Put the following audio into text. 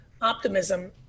Optimism